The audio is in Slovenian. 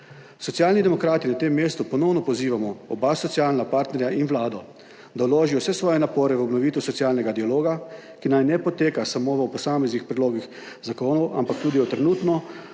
Socialni demokrati na tem mestu ponovno pozivamo oba socialna partnerja in vlado, da vložijo vse svoje napore v obnovitev socialnega dialoga, ki naj ne poteka samo o posameznih predlogih zakonov, ampak tudi o trenutnem